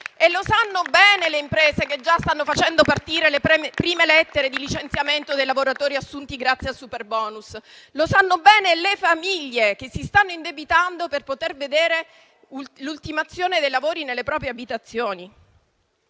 Lo sanno bene le imprese, che già stanno facendo partire le prime lettere di licenziamento dei lavoratori assunti grazie al superbonus; lo sanno bene le famiglie, che si stanno indebitando per poter vedere l'ultimazione dei lavori nelle proprie abitazioni.